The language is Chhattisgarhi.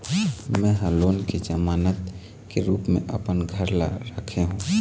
में ह लोन के जमानत के रूप म अपन घर ला राखे हों